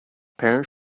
parents